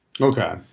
Okay